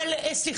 אבל סליחה,